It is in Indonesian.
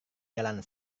jalan